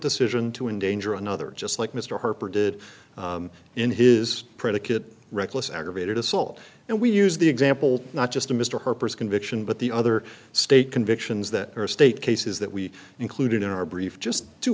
decision to endanger another just like mr harper did in his predicate reckless aggravated assault and we use the example not just a mr harper's conviction but the other state convictions that are state cases that we included in our brief just to